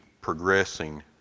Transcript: progressing